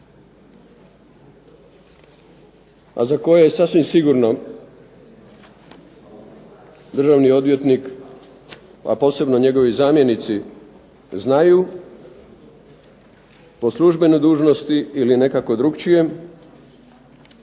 a za koje sasvim sigurno državni odvjetnik, a posebno njegovi zamjenici znaju po službenoj dužnosti ili nekako drukčije,